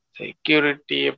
security